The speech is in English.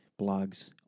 blogs